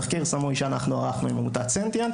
תחקיר סמוי שאנחנו ערכנו עם עמותת "סנטיאנט",